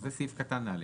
זה סעיף קטן (א).